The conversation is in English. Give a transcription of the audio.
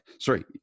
Sorry